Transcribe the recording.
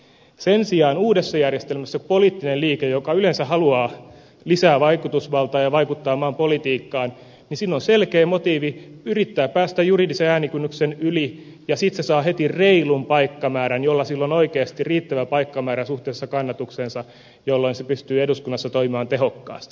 sen sijaan uudessa järjestelmässä poliittisella liikkeellä joka yleensä haluaa lisää vaikutusvaltaa ja vaikuttaa maan politiikkaan on selkeä motiivi yrittää päästä juridisen äänikynnyksen yli ja sitten kun se saa heti reilun paikkamäärän jolloin sillä on oikeasti riittävä paikkamäärä suhteessa kannatukseen se pystyy eduskunnassa toimimaan tehokkaasti